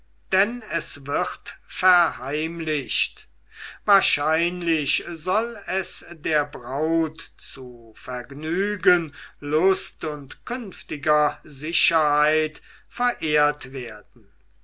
denn es wird verheimlicht wahrscheinlich soll es der braut zu vergnügen lust und künftiger sicherheit verehrt werden